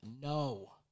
No